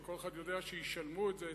הרי כל אחד יודע שישלמו את זה,